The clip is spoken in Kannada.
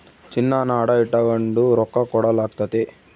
ಚಿನ್ನಾನ ಅಡ ಇಟಗಂಡು ರೊಕ್ಕ ಕೊಡಲಾಗ್ತತೆ